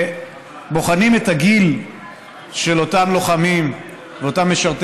כשבוחנים את הגיל של אותם לוחמים ושל אותם משרתי